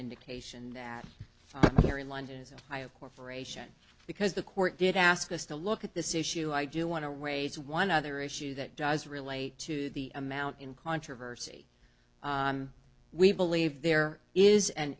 indication that there in london is a corporation because the court did ask us to look at this issue i do want to raise one other issue that does relate to the amount in controversy we believe there is an